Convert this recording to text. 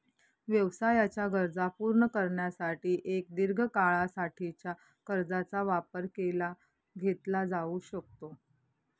व्यवसायाच्या गरजा पूर्ण करण्यासाठी एक दीर्घ काळा साठीच्या कर्जाचा वापर केला घेतला जाऊ शकतो